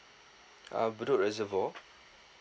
uh bedok reservoir